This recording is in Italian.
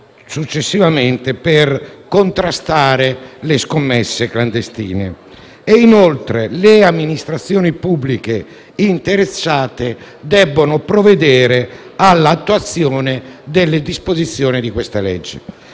successivamente per contrastare le scommesse clandestine. Inoltre, le amministrazioni pubbliche interessate devono provvedere all'attuazione delle disposizioni del